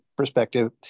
Perspective